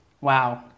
Wow